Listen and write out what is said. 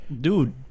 dude